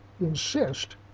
insist